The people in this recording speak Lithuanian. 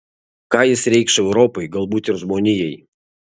ką jis reikš europai galbūt ir žmonijai